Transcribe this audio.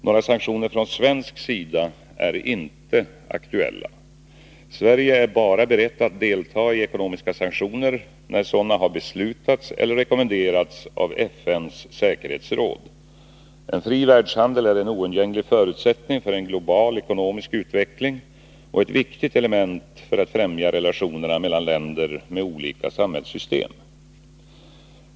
Några sanktioner från svensk sida är inte aktuella. Sverige är bara berett att delta i ekonomiska sanktioner, när sådana har beslutats eller rekommenderats av FN:s säkerhetsråd. En fri världshandel är en oundgänglig förutsättning för en global ekonomisk utveckling och ett viktigt element för att främja relationerna mellan länder med olika samhällssystem.